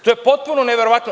To je potpuno neverovatno.